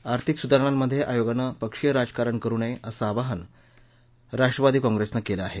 आर्थिक सुधारणांमध्ये आयोगानं पक्षीय राजकारण करु नये असं आवाहन राष्ट्रवादी काँग्रेसनं केलं आहे